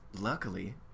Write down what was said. luckily